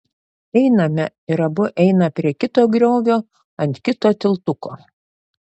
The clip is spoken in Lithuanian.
einame ir abu eina prie kito griovio ant kito tiltuko